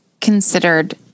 considered